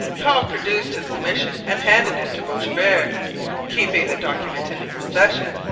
cobb produced his commission and handed it to boishebert. keeping the document in his possession,